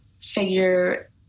figure